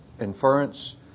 inference